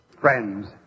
Friends